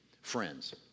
friends